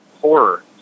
horror